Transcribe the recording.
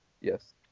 Yes